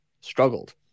struggled